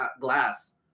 glass